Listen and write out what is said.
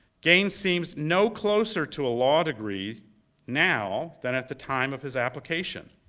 gaines seems no closer to a law degree now than at the time of his application.